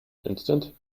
instant